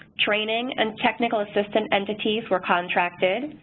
training, and technical assistance entities were contracted.